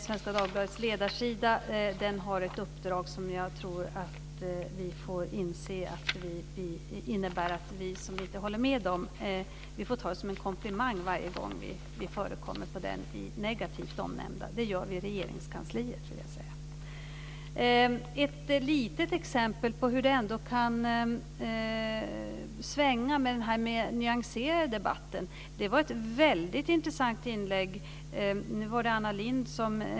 Svenska Dagbladets ledarsida har ett uppdrag som jag tror att vi får inse innebär att vi som inte håller med den får ta det som en komplimang varje gång vi förekommer på den negativt omnämnda. Det gör vi i Jag ska ge ett litet exempel på hur det kan svänga i den nyanserade debatten. Bengt Silfverstrand citerade Anna Lindh.